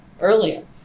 earlier